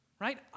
right